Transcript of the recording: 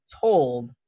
told